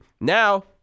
Now